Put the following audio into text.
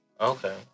Okay